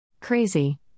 Crazy